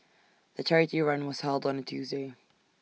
the charity run was held on A Tuesday